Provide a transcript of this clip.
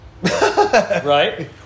Right